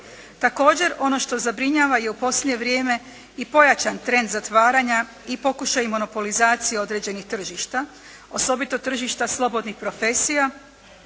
Također ono što zabrinjava je u posljednje vrijeme i pojačan trend zatvaranja i pokušaji monopolizacije određenih tržišta, osobito tržišta slobodnih profesija